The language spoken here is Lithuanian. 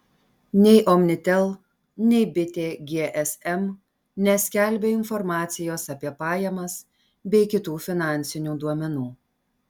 nei omnitel nei bitė gsm neskelbia informacijos apie pajamas bei kitų finansinių duomenų